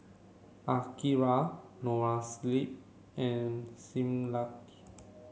Akira Noa Sleep and Similac